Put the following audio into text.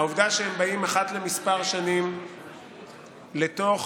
לתוך